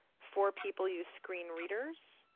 four people use screen readers.